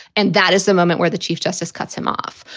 and that is the moment where the chief justice cuts him off.